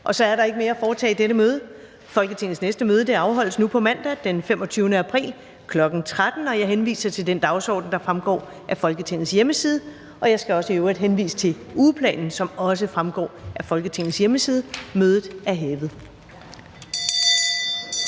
Så er der ikke mere at foretage i dette møde. Folketingets næste møde afholdes nu på mandag, den 25. april 2022, kl. 13.00. Jeg henviser til den dagsorden, der fremgår af Folketingets hjemmeside. I øvrigt skal jeg henvise til ugeplanen, som også fremgår af Folketingets hjemmeside. Mødet er hævet.